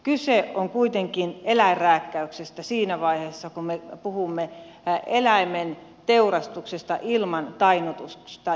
kyse on kuitenkin eläinrääkkäyksestä siinä vaiheessa kun me puhumme eläimen teurastuksesta ilman tainnutusta